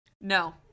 No